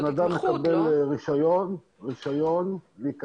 בן אדם מקבל רישיון להיכנס,